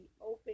open